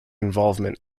involvement